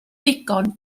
ddigon